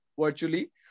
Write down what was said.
virtually